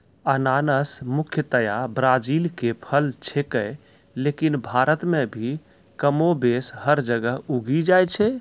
अनानस मुख्यतया ब्राजील के फल छेकै लेकिन भारत मॅ भी कमोबेश हर जगह उगी जाय छै